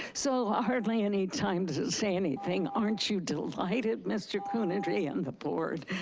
so ah hardly any time to say anything. aren't you delighted, mr. coonerty and the board.